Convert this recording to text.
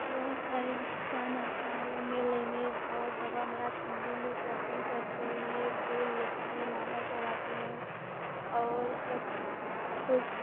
बहुत सारे इंसान आते हैं मेले में बहुत बाबा महराज के मेले में दर्शन करते हैं फूल लेते हैं माला चढ़ाते हैं और सब कुछ